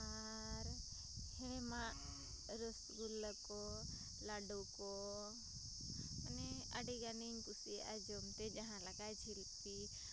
ᱟᱨ ᱦᱮᱲᱮᱢᱟᱜ ᱨᱚᱥᱜᱩᱞᱞᱟᱹ ᱠᱚ ᱞᱟᱹᱰᱩ ᱠᱚ ᱢᱟᱱᱮ ᱟᱹᱰᱤ ᱜᱟᱹᱱᱤᱧ ᱠᱩᱥᱤᱭᱟᱜᱼᱟ ᱡᱚᱢ ᱛᱮ ᱡᱟᱦᱟᱸᱞᱮᱠᱟ ᱡᱷᱤᱞᱯᱤ